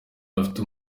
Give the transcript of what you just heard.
bafite